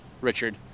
Richard